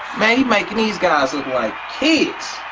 man he making these guys look like kids.